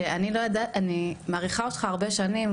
שאני מעריכה אותך הרבה שנים,